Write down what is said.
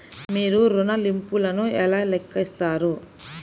మీరు ఋణ ల్లింపులను ఎలా లెక్కిస్తారు?